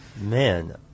Man